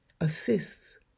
assists